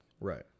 right